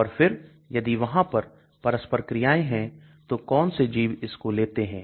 और फिर यदि वहां पर परस्पर क्रियाएं हैं तो कौन से जीव इसको लेते हैं